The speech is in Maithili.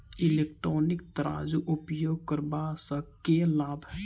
इलेक्ट्रॉनिक तराजू उपयोग करबा सऽ केँ लाभ?